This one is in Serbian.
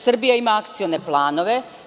Srbija ima akcione planove.